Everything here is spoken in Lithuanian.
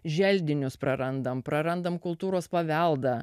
želdinius prarandam prarandam kultūros paveldą